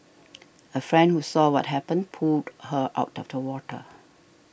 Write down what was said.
a friend who saw what happened pulled her out of the water